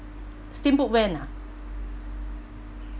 steamboat when ah